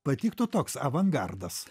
patiktų toks avangardas